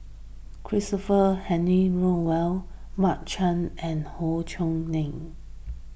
Christopher Henry Rothwell Mark Chan and Howe Yoon Chong